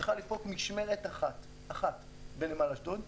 פרקה אותה משמרת אחת בנמל אשדוד,